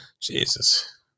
Jesus